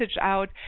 out